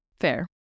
fair